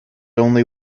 only